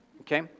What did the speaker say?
Okay